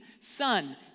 son